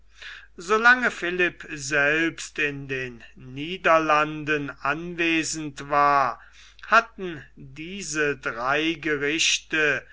lange philipp selbst in den niederlanden anwesend war hatten diese drei gerechte